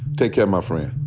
take care, my friend.